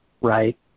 right